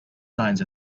signs